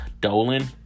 Dolan